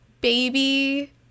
baby